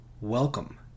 Welcome